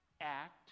act